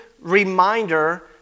reminder